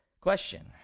question